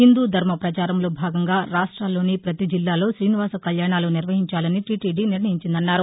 హిందూ ధర్మ ప్రచారంలో భాగంగా తెలుగు రాష్ట్రాల్లోని ప్రతి జిల్లాలో శ్రీనివాస కల్యాణాలు నిర్వహించాలని టిటీడి నిర్ణయించిందన్నారు